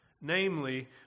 namely